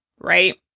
Right